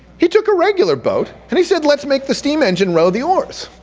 he took a regular boat and he said let's make the steam engine row the oars.